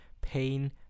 pain